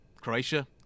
Croatia